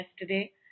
yesterday